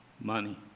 money